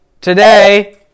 today